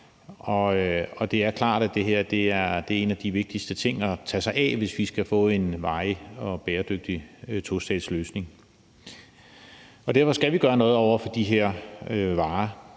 det er klart, at det her er en af de vigtigste ting, vi bør tage os af, hvis vi skal få en varig og bæredygtig tostatsløsning. Derfor skal vi gøre noget over for de her varer.